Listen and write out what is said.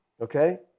Okay